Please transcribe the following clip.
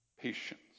patience